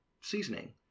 seasoning